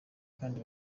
kandi